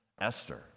Esther